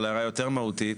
אבל, ההערה היותר מהותית,